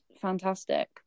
fantastic